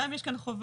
גם אם יש כאן חובה,